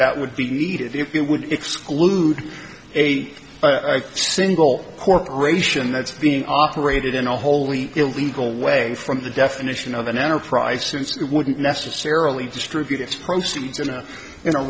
that would be needed if you would exclude a single corporation that's being operated in a wholly illegal way from the definition of an enterprise since it wouldn't necessarily distribute its proceeds in a in a